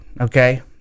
Okay